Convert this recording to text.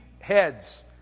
heads